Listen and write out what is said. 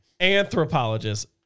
Anthropologist